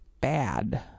bad